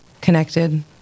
connected